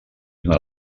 una